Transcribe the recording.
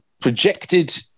projected